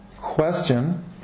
question